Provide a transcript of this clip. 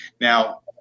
Now